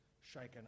shaken